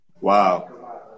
Wow